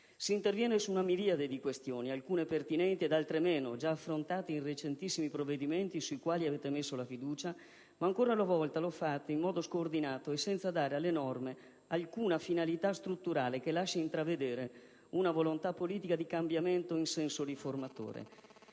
Si interviene su una miriade di questioni, alcune pertinenti ed altre meno, già affrontate in recentissimi provvedimenti sui quali avete messo la fiducia, ma ancora una volta lo fate in modo scoordinato e senza dare alle norme alcuna finalità strutturale che lasci intravedere una volontà politica di cambiamento in senso riformatore.